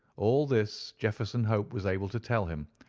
all this jefferson hope was able to tell him,